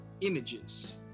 images